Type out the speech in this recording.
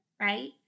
right